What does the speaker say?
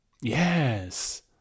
Yes